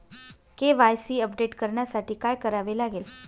KYC update करण्यासाठी काय करावे लागेल?